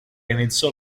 iniziò